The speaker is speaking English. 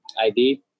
ID